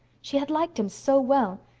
she had liked him so well,